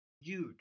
Huge